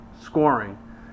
scoring